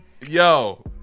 Yo